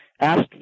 Asked